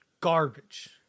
garbage